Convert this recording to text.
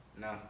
No